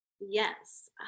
Yes